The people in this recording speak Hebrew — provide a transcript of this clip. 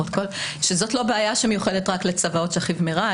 זאת לא בעיה שמיוחדת רק לצוואות 'שכיב מרע',